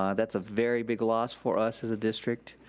um that's a very big loss for us as a district.